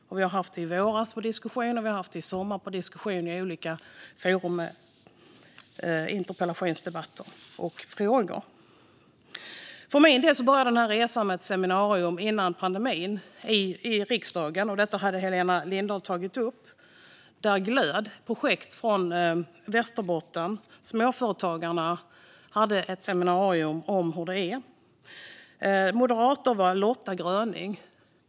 Vi diskuterade det i våras och i somras i olika forum och genom interpellationsdebatter och frågor. För min del började den här resan med ett seminarium i riksdagen före pandemin. Helena Lindahl tog upp detta. Projektet Glöd, med småföretagare i Västerbotten, hade ett seminarium om hur det är. Moderator var Lotta Gröning.